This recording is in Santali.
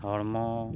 ᱦᱚᱲᱢᱚ